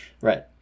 Right